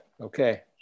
okay